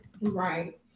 Right